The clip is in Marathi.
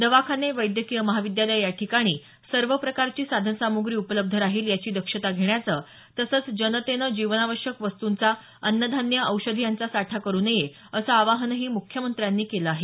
दवाखाने वैद्यकीय महाविद्यालये या ठिकाणी सर्व प्रकारची साधनसाम्ग्री उपलब्ध राहील याची दक्षता घेण्याचं तसंच जनतेनं जीवनावश्यक वस्तूंचा अन्नधान्य औषधी यांचा साठा करू नये असं आवाहनही मुख्यमंत्र्यांनी केलं आहे